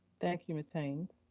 thank you, ms. haynes.